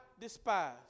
despise